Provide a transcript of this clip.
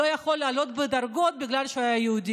לא היה יכול לעלות בדרגות בגלל שהוא היה יהודי.